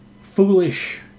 foolish